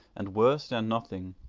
and worse than nothing,